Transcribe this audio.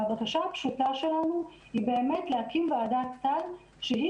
והבקשה הפשוטה שלנו היא באמת להקים ועדת סל שהיא